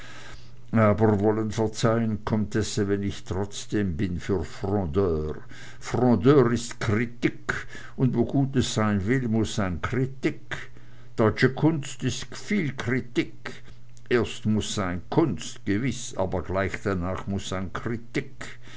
aber wollen verzeihn comtesse wenn ich trotzdem bin für frondeur frondeur ist krittikk und wo guttes sein will muß sein krittikk deutsche kunst viel krittikk erst muß sein kunst gewiß gewiß aber gleich danach muß sein